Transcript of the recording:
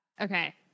okay